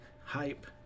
hype